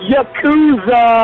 Yakuza